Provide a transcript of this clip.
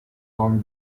long